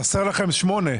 חסר לכם (8).